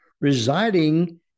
residing